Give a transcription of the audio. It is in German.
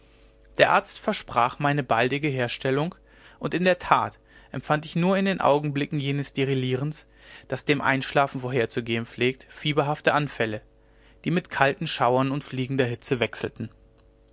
der arzt versprach meine baldige herstellung und in der tat empfand ich nur in den augenblicken jenes delirierens das dem einschlafen vorherzugehen pflegt fieberhafte anfälle die mit kalten schauern und fliegender hitze wechselten